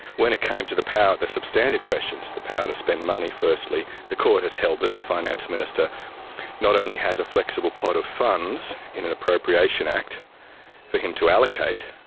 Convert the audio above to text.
when it came to the power, the substantive questions, the power to spend money firstly, the court has held that the finance minister not only has a flexible pot of funds in an appropriation act for him to allocate,